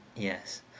Yes